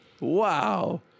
Wow